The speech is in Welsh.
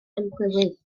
ymchwilydd